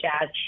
jazz